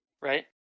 right